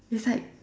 is like